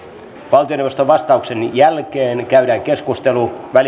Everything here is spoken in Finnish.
valtioneuvoston vastauksen jälkeen käydään keskustelu välikysymyksen johdosta keskustelun